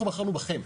אנחנו בחרנו בכם.